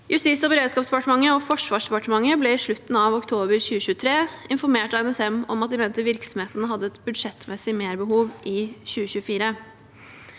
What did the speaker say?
Justis- og beredskapsdepartementet og Forsvarsdepartementet ble i slutten av oktober 2023 informert av NSM om at de mente at virksomheten hadde et budsjettmessig merbehov i 2024.